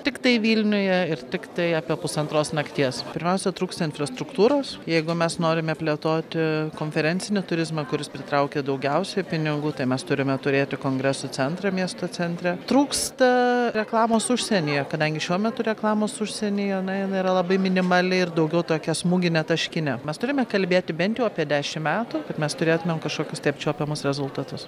tiktai vilniuje ir tiktai apie pusantros nakties pirmiausia trūksta infrastruktūros jeigu mes norime plėtoti konferencinį turizmą kuris pritraukia daugiausiai pinigų tai mes turime turėti kongresų centrą miesto centre trūksta reklamos užsienyje kadangi šiuo metu reklamos užsienyje na jinai yra labai minimali ir daugiau tokia smūginė taškinė mes turime kalbėti bent jau apie dešim metų kad mes turėtumėm kažkokius tai apčiuopiamus rezultatus